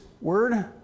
word